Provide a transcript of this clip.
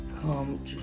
come